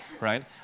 right